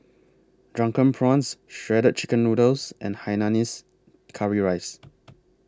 Drunken Prawns Shredded Chicken Noodles and Hainanese Curry Rice